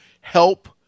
help